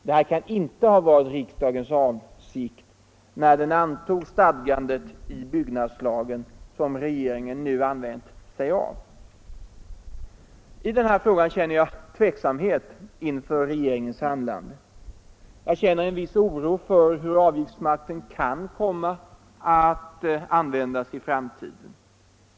Detta kan inte ha varit riksdagens avsikt när den antog det stadgande i byggnadslagen som regeringen nu använt sig av. I den här frågan känner jag tveksamhet inför regeringens handlande. Jag känner en viss oro för hur avgiftsmakten kan komma att användas i framtiden.